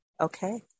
Okay